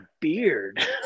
beard